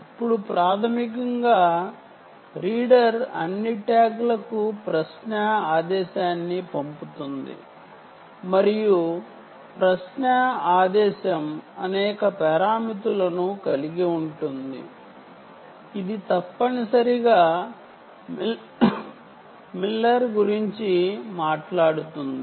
ఇప్పుడు ప్రాథమికంగా రీడర్ అన్ని ట్యాగ్లకు ప్రశ్న ఆదేశాన్ని పంపుతుంది మరియు ప్రశ్న ఆదేశం అనేక పారామితులను కలిగి ఉంటుంది ఇది తప్పనిసరిగా మిల్లర్ ఎన్కోడింగ్ పరామితి గురించి మాట్లాడుతుంది